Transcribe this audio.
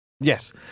Yes